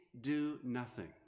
do-nothing